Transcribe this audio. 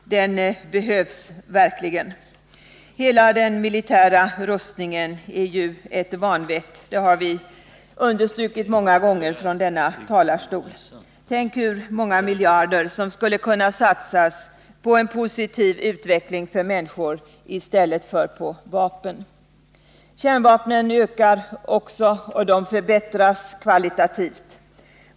Den behövs verkligen. Hela den militära rustningen är ju ett vanvett. Det har vi understrukit många gånger från denna talarstol. Tänk så många miljarder som skulle kunna satsas på en positiv utveckling för människor i stället för på vapen! Antalet kärnvapen ökar, och de förbättras kvalitativt.